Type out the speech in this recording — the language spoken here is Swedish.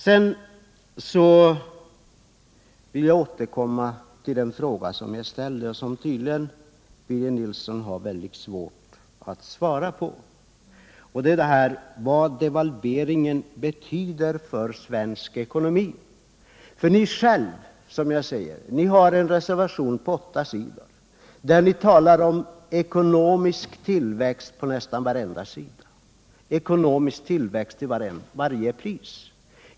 Sedan vill jag återkomma till den fråga som jag ställde och som Birger Nilsson tydligen har väldigt svårt att svara på: Vad betyder devalveringen för svensk ekonomi? Ni själva har en reservation på åtta sidor, där ni på nästan varenda sida talar om ekonomisk tillväxt till varje pris.